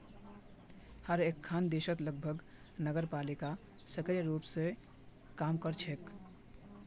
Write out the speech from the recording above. हर एकखन देशत लगभग नगरपालिका सक्रिय रूप स काम कर छेक